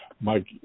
mike